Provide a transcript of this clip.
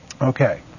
Okay